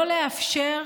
לא לאפשר